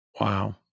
wow